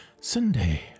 Sunday